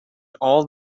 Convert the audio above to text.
all